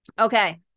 Okay